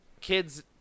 Kids